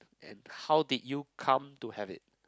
and how did you come to have it